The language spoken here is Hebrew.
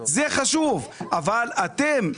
זה חשוב אבל אתם,